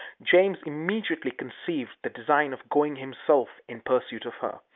james immediately conceived the design of going himself in pursuit of her.